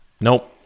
Nope